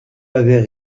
avait